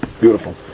Beautiful